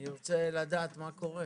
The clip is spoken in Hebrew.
אני רוצה לדעת מה קורה.